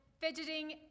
fidgeting